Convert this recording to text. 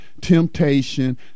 temptation